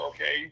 Okay